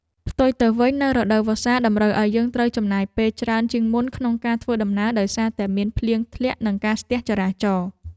ផ្ទុយទៅវិញនៅរដូវវស្សាតម្រូវឱ្យយើងត្រូវចំណាយពេលច្រើនជាងមុនក្នុងការធ្វើដំណើរដោយសារតែមានភ្លៀងធ្លាក់ និងការស្ទះចរាចរណ៍។